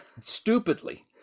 stupidly